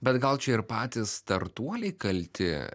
bet gal čia ir patys startuoliai kalti